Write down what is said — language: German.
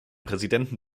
präsidenten